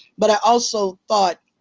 but i also thought.